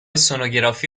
سنوگرافی